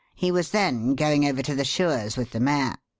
he was then going over to the shoer's with the mare.